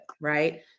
Right